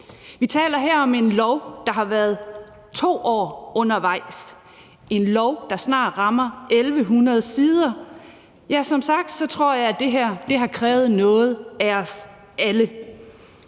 Vi taler her om et lovforslag, der har været 2 år undervejs, et lovforslag, der snart rammer 1.100 sider. Som sagt tror jeg, at det her har krævet noget af os alle.